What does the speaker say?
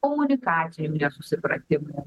komunikacinių nesusipratimų